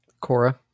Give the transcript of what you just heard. Cora